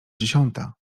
dziesiąta